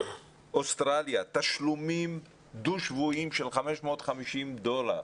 אוסטרליה תשלומים דו-שבועיים של 550 דולר.